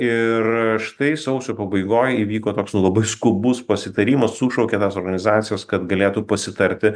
ir štai sausio pabaigoj įvyko toks na labai skubus pasitarimas sušaukė tas organizacijas kad galėtų pasitarti